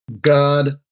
God